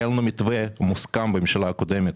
היום במתווה מוסכם בממשלה הקודמת,